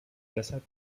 deshalb